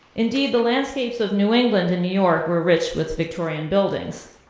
indeed, the landscapes of new england and new york were rich with victorian buildings,